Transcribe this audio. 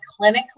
clinically